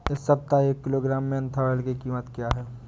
इस सप्ताह एक किलोग्राम मेन्था ऑइल की कीमत क्या है?